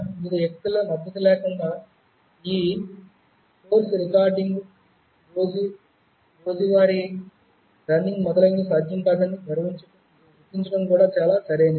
వివిధ వ్యక్తుల మద్దతు లేకుండా ఈ కోర్సు రికార్డింగ్ రోజూ రోజువారీ రన్నింగ్ మొదలైనవి సాధ్యం కాదని గుర్తించడం కూడా చాలా సరైనది